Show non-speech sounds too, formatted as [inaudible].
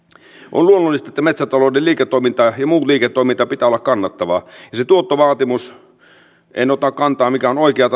on luonnollista että metsätalouden liiketoiminnan ja ja muun liiketoiminnan pitää olla kannattavaa se tuottovaatimus en ota kantaa mikä on oikea [unintelligible]